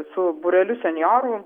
su būreliu senjorų